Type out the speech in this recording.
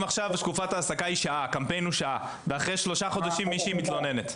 אם בתקופת ההעסקה הקמפיין הוא שעה ואחרי שלושה חודשים מישהי מתלוננת?